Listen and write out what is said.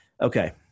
Okay